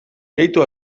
gehitu